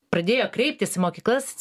pradėjo kreiptis į mokyklas